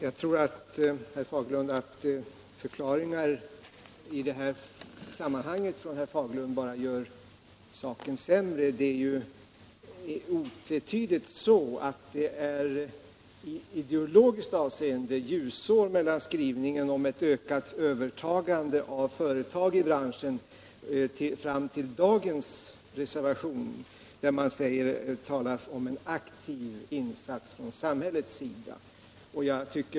Herr taiman! Jag tror att förklaringar från herr Fagerlund i detta sammanhang bara gör saken sämre. Det är otvetydigt så att det i ideologiskt avseende är ljusår mellan skrivningen om ett ökat statligt övertagande av företag i branschen och dagens reservation där man talar om en aktiv insats från samhällets sida.